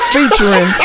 Featuring